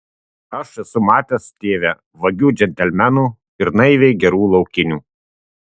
aš esu matęs tėve vagių džentelmenų ir naiviai gerų laukinių